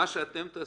מה שתעשו,